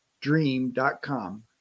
dream.com